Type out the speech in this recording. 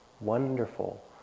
wonderful